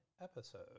episode